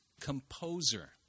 composer